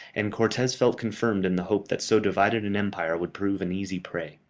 and cortes felt confirmed in the hope that so divided an empire would prove an easy prey.